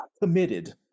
committed